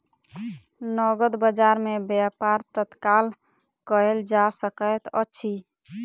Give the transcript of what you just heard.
नकद बजार में व्यापार तत्काल कएल जा सकैत अछि